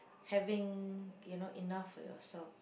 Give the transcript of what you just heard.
having you know enough for yourself